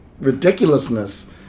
ridiculousness